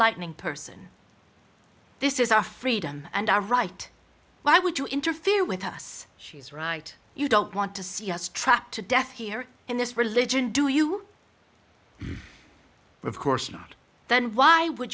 lightning person this is our freedom and our right why would you interfere with us she's right you don't want to see us trapped to death here in this religion do you of course not then why would